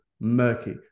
murky